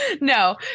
No